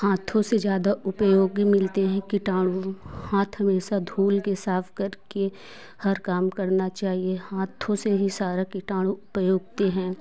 हाथों से ज़्यादा उपयोगी मिलते हैं किटाणु हाथ हमेशा धूल के साफ करके हर काम करना चाहिए हाथों से ही सारा किटाणु पयोगते हैं